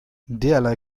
derlei